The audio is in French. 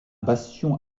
bastion